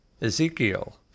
Ezekiel